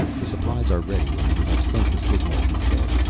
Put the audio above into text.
the supplies are ready and we have sent the signal, he said.